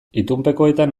itunpekoetan